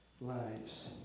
lives